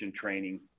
training